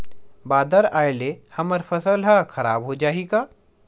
बादर आय ले हमर फसल ह खराब हो जाहि का?